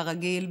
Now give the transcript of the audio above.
הרגיל,